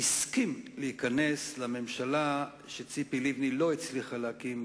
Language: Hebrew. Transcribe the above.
שהסכים להיכנס לממשלה שציפי לבני לא הצליחה להקים,